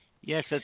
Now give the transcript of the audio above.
Yes